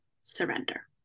surrender